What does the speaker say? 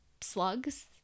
slugs